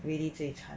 really 最惨